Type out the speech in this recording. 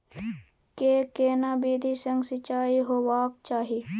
के केना विधी सॅ सिंचाई होबाक चाही?